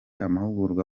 amahugurwa